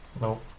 Nope